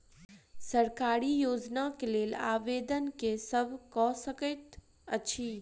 सरकारी योजना केँ लेल आवेदन केँ सब कऽ सकैत अछि?